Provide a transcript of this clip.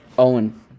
Owen